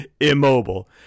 immobile